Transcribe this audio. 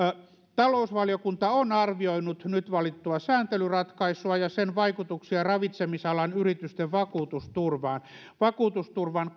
talousvaliokunta on arvioinut nyt valittua sääntelyratkaisua ja sen vaikutuksia ravitsemisalan yritysten vakuutusturvaan vakuutusturvan